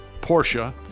Porsche